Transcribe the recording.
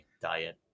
diet